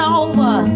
over